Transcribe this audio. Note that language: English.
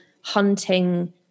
hunting